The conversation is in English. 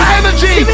energy